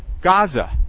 Gaza